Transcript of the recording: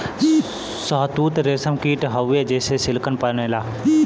शहतूत रेशम कीट हउवे जेसे सिल्क बनेला